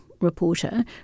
reporter